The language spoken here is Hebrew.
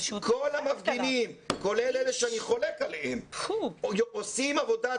כל המפגינים כולל אלה שאני חולק עליהם עושים עבודת